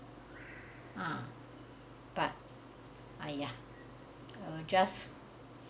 ah but !aiya! uh just